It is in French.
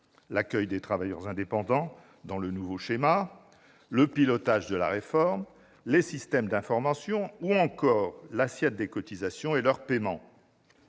l'accueil des travailleurs indépendants dans le nouveau schéma, le pilotage de la réforme, les systèmes d'information ou encore l'assiette des cotisations et leur paiement.